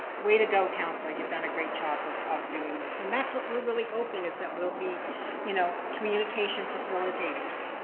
way to go council, you've done a great job of of doing this? and that's what we're really hoping is that we'll be you know communication facilitators.